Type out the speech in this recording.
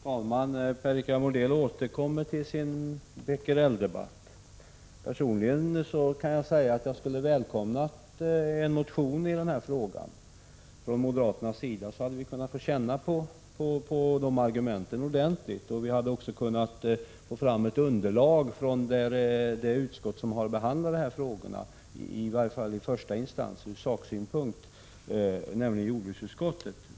Herr talman! "Per-Richard Molén återkommer till sin becquereldebatt. Personligen kan jag säga att jag skulle ha välkomnat en motion i den här frågan från moderaternas sida, så att vi hade kunnat få känna på argumenten ordentligt. Då hade vi också kunnat få fram ett underlag från det utskott som har att behandla de här frågorna i första instans i varje fall ur saksynpunkt, nämligen jordbruksutskottet.